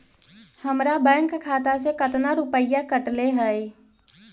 हमरा बैंक खाता से कतना रूपैया कटले है?